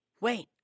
Wait